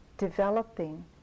developing